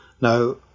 Now